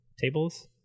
tables